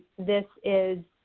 this is